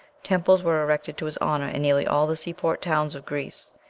temples were erected to his honor in nearly all the seaport towns of greece.